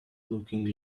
looking